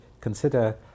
consider